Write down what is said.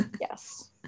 yes